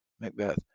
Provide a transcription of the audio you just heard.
Macbeth